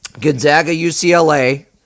Gonzaga-UCLA